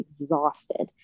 exhausted